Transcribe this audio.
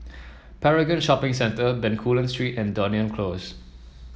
Paragon Shopping Centre Bencoolen Street and Dunearn Close